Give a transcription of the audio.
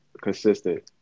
consistent